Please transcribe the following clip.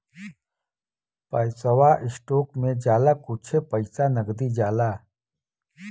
पैसवा स्टोक मे जाला कुच्छे पइसा नगदी जाला